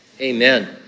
amen